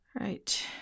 Right